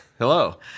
Hello